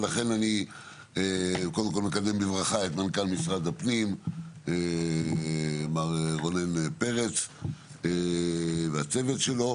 אני מקדם בברכה את מנכ"ל משרד הפנים מר רונן פרץ והצוות שלו,